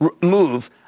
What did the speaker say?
move